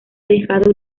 dejado